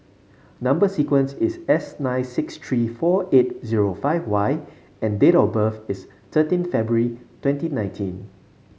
number sequence is S nine six three four eight zero five Y and date of birth is thirteen February twenty nineteen